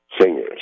singers